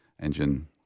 engine